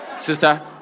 Sister